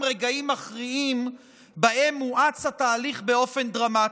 רגעים מכריעים שבהם מואץ התהליך באופן דרמטי.